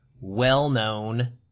well-known